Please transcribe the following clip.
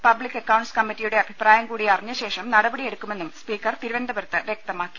public accounts കമ്മിറ്റിയുടെ അഭിപ്രായംകൂടി അറിഞ്ഞശേഷം നടപടി എടുക്കുമെന്നും സ്പീക്കർ തിരുവനന്തപുരത്ത് വൃക്തമാക്കി